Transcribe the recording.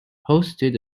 hosted